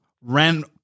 ran